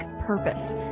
purpose